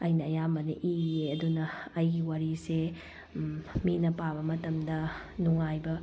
ꯑꯩꯅ ꯑꯌꯥꯝꯕꯅ ꯏꯌꯦ ꯑꯗꯨꯅ ꯑꯩꯒꯤ ꯋꯥꯔꯤꯁꯦ ꯃꯤꯅ ꯄꯥꯕ ꯃꯇꯝꯗ ꯅꯨꯡꯉꯥꯏꯕ